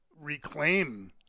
reclaim